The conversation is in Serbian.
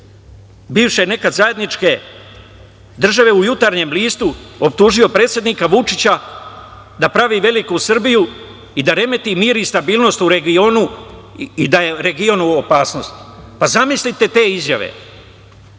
bivše nekada zajedničke države u jutarnjem listu optužio predsednika Vučića, da pravi Veliku Srbiju i da remeti mir i stabilnost, u regionu i da je region u opasnosti. Zamislite te izjave.